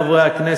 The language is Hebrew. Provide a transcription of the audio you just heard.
חברי חברי הכנסת,